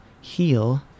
heal